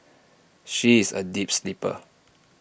she is A deep sleeper